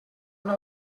una